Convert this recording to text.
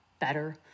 better